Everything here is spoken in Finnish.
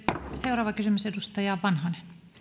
seuraava kysymys edustaja vanhanen